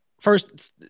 first